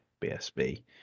BSB